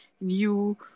new